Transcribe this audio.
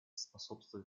способствуют